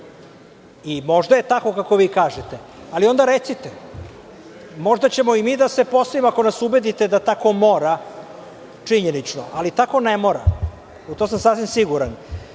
Možda je tako kako vi kažete, ali onda recite. Možda ćemo i mi da se postavimo ako nas ubedite da tako mora činjenično. Ali tako ne mora. U to sam sasvim